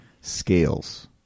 scales